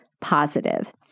positive